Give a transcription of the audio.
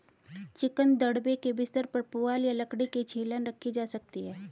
chicken दड़बे के बिस्तर पर पुआल या लकड़ी की छीलन रखी जा सकती है